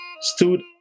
stood